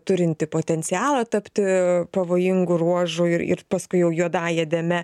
turinti potencialą tapti pavojingų ruožu ir ir paskui jau juodąja dėme